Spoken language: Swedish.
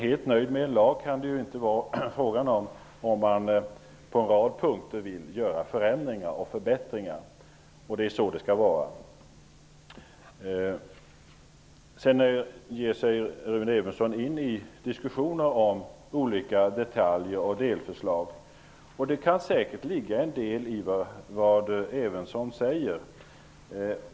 Helt nöjd med en lag kan man ju inte vara om man på en rad punkter vill göra förändringar och förbättringar. Det är så det skall vara. Rune Evensson ger sig in i en diskussion om olika detaljer och delförslag. Det kan säkert ligga en del i vad Evensson säger.